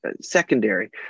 secondary